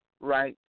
right